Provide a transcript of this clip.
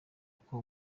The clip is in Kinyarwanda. uko